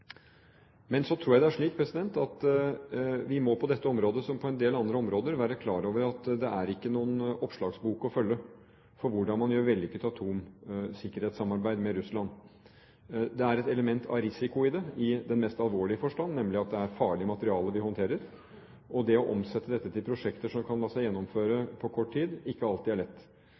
Så tror jeg det er slik at på dette området – som på en del andre områder – må vi være klar over at det ikke er noen oppslagsbok å følge for hvordan man har et vellykket atomsikkerhetssamarbeid med Russland. Det er et element av risiko i det i den mest alvorlige forstand, nemlig at det er farlig materiale de håndterer, og det å omsette dette til prosjekter som kan la seg gjennomføre på kort tid, er ikke alltid lett. Men det er